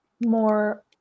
more